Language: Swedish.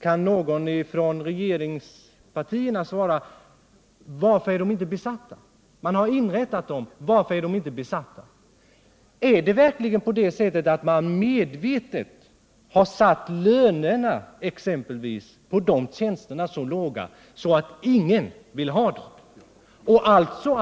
Kan någon från regeringspartierna svara mig: Varför är de inte besatta? Man har inrättat tjänster, men de är inte besatta. Har man exempelvis medvetet satt lönerna så lågt att ingen vill ha dessa tjänster?